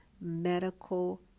medical